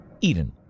Eden